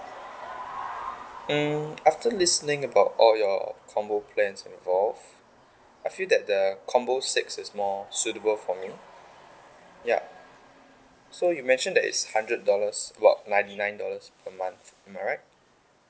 um after listening about all your combo plans involved I feel that the combo six is more suitable for me yup so you mentioned that is hundred dollars about ninety nine dollars per month am I right